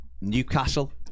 Newcastle